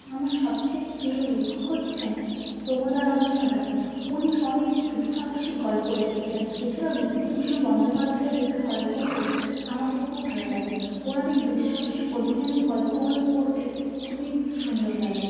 আমার সবচেয়ে প্রিয় লেখক হচ্ছেন প্রমোদারঞ্জন রায় উনি অনেক দুঃসাহসিক গল্প লিখেছেন এছাড়াও বিভূতিভূষণ বন্দ্যোপাধ্যায়ের লেখা গল্পগুলোও আমাকে খুব ভালো লাগে ওনার এই দুঃসাহসিক অভিযানের গল্পগুলো পড়তে খুবই সুন্দর লাগে